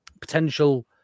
potential